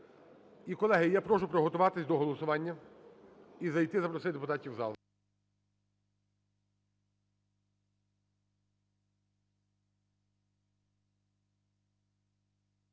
І, колеги, я прошу приготуватись до голосування і зайти, запросити депутатів у зал.